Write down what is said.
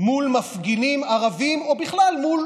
מול מפגינים ערבים, או בכלל מול